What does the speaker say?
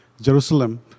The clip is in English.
Jerusalem